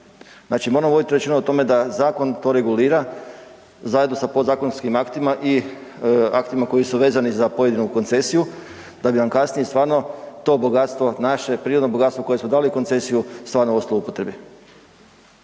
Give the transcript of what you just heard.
Znači moram voditi računa o tome da zakon to regulira zajedno sa podzakonskim aktima i aktima koji su vezani za pojedinu koncesiju, da bi vam kasnije stvarno to bogatstvo, naše, prirodno bogatstvo koje smo dali u koncesiju stvarno ostalo u upotrebi.